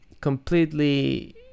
completely